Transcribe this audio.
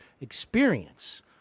experience